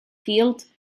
filth